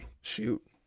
shoot